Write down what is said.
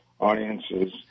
audiences